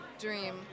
dream